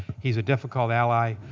he's a difficult ally.